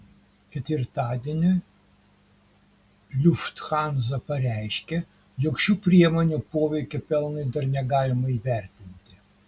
ketvirtadienį lufthansa pareiškė jog šių priemonių poveikio pelnui dar negalima įvertinti